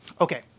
Okay